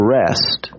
rest